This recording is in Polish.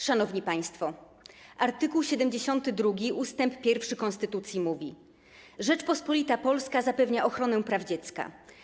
Szanowni państwo, art. 72 ust. 1 konstytucji stanowi: Rzeczpospolita Polska zapewnia ochronę praw dziecka.